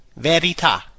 verita